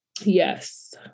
Yes